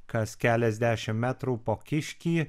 kas keliasdešimt metrų po kiškį